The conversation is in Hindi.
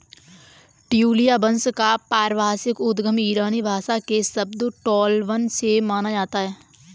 ट्यूलिया वंश का पारिभाषिक उद्गम ईरानी भाषा के शब्द टोलिबन से माना जाता है